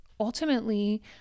ultimately